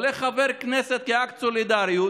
הולך חבר כנסת, באקט של סולידריות,